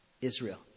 Israel